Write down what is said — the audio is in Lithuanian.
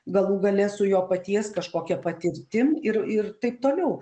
galų gale su jo paties kažkokia patirtim ir ir taip toliau